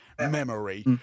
memory